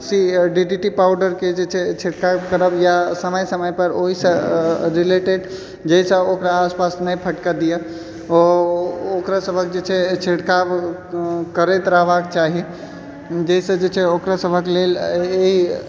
D D T पाउडरके जे छै छिड़काव करब या समय समय पर ओहिसँ रिलेटेड जेइसँ ओकरा आसपास नहि फटकै दिअ ओकरा सभक जे छै छिड़काव करैत रहबाके चाही जाहिसँ से जे छै ओकरा सभकेँ लेल एहि